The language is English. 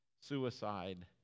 suicide